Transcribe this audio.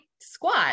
squat